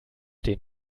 den